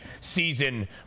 season